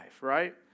right